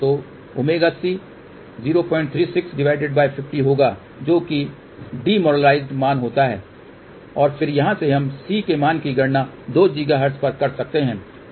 तो ωC 03650 होगा जो कि डीनोर्मलिज़ेड मान होता है और फिर यहाँ से हम C के मान की गणना 2 GHz पर कर सकते हैं